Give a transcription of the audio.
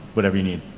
whatever you need.